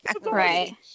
Right